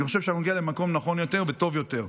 אני חושב שנגיע למקום נכון יותר וטוב יותר.